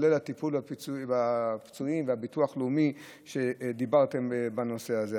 כולל הטיפול והפיצוי בפצועים והביטוח לאומי שדיברתם עליהם בנושא הזה.